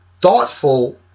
thoughtful